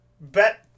bet